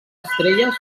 estrelles